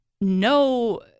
no